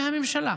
מהממשלה: